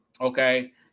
okay